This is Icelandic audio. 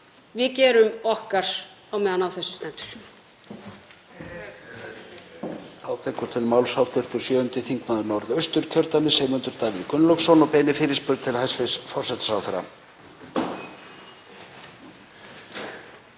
Við gerum okkar meðan á þessu stendur.